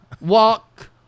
Walk